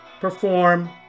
perform